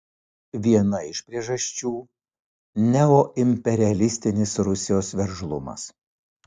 viena iš priežasčių neoimperialistinis rusijos veržlumas